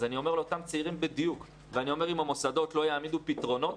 אני אומר לאותם צעירים ואני אומר שאם המוסדות לא יעמידו פתרונות,